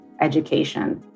education